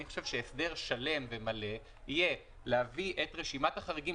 אני חושב שהסדר שלם ומלא יהיה להביא את רשימת החריגים,